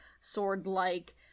sword-like